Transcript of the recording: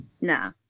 No